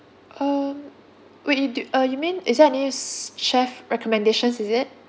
um wait do yo~ uh you mean is there any s~ chef recommendations is it